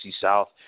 South